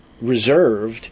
reserved